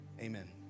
Amen